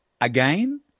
Again